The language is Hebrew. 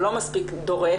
הוא לא מספיק דורש,